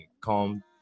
calm